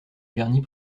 vernis